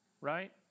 Right